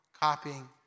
copying